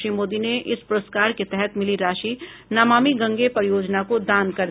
श्री मोदी ने इस पुरस्कार के तहत मिली राशि नमामि गंगे परियोजना को दान कर दी